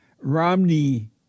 Romney